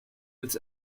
this